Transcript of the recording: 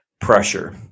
pressure